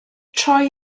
troi